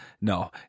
No